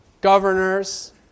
governors